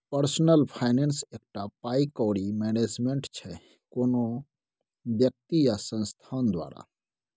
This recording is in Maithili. पर्सनल फाइनेंस एकटा पाइ कौड़ी मैनेजमेंट छै कोनो बेकती या संस्थान द्वारा